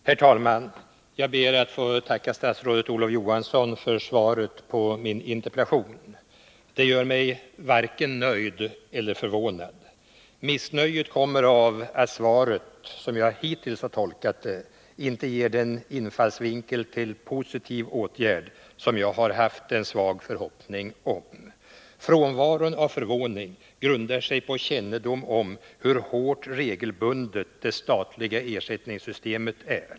Herr talman! Jag ber att få tacka statsrådet Olof Johansson för svaret på min interpellation. Det gör mig varken nöjd eller förvånad. Missnöjet kommer av att svaret, som jag hittills har tolkat det, inte har den infallsvinkel till positiva åtgärder som jag hade en svag förhoppning om. Frånvaron av förvåning grundar sig på kännedom om hur hårt regelbundet det statliga ersättningssystemet är.